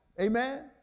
Amen